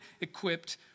equipped